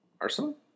Arsenal